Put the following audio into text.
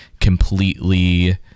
completely